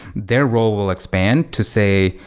their role will expand to say,